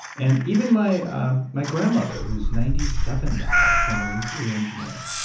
and even my um my grandmother, who's ninety seven now, a former nuclear engineer,